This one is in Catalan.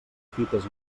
fites